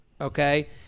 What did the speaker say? okay